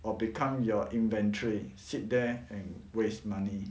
or become your inventory sit there and waste money